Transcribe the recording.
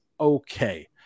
okay